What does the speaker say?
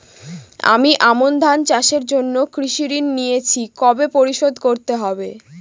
আমি আমন ধান চাষের জন্য কৃষি ঋণ নিয়েছি কবে পরিশোধ করতে হবে?